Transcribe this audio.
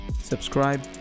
Subscribe